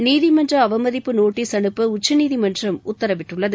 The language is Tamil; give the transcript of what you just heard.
நீதிமன்ற அவமதிப்பு நோட்டீஸ் அனுப்ப உச்சநீதிமன்றம் உத்தரவிட்டுள்ளது